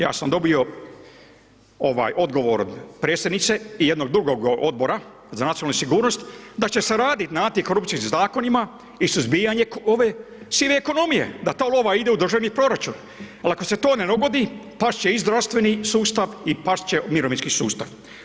Ja sam dobio ovaj odgovor od predsjednice i jednog drugog odbora za nacionalnu sigurnost da će se radi na antikorupcijskim zakonima i suzbijanje ove sive ekonomije, a ta lova ide u državni proračun, al ako se to ne dogodi past će i zdravstveni sustav i past će mirovinski sustav.